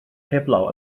heblaw